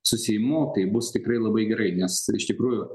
su seimu tai bus tikrai labai gerai nes iš tikrųjų